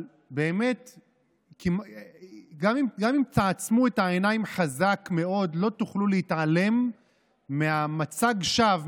גם אם תעצמו את העיניים חזק מאוד לא תוכלו להתעלם ממצג השווא,